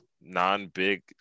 non-big